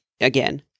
again